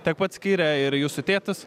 tiek pat skyrė ir jūsų tėtis